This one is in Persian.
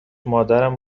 مادرم